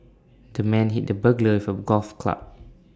the man hit the burglar with A golf club